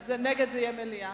מליאה.